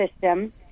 system